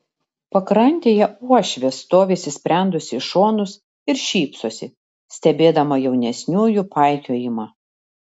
pakrantėje uošvė stovi įsisprendusi į šonus ir šypsosi stebėdama jaunesniųjų paikiojimą